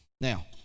Now